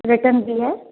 return भी है